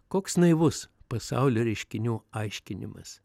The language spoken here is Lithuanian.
koks naivus pasaulio reiškinių aiškinimas